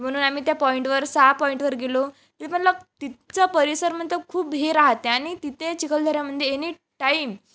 म्हणून आम्ही त्या पॉईंटवर सहा पॉईंटवर गेलो ते म्हणलं तिथचं परिसर म्हणतं खूप भीड राहते आणि तिथे चिखलदऱ्यामध्ये एनी टाईम